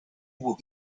will